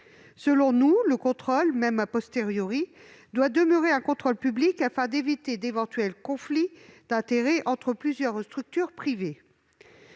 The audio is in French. Selon nous, le contrôle, même, doit demeurer un contrôle public, afin d'éviter d'éventuels conflits d'intérêts entre plusieurs structures privées.